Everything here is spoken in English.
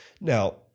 Now